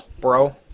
bro